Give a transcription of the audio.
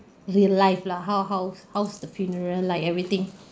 real life lah how how's how's the funeral like everything